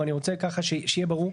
אבל אני רוצה שיהיה ברור,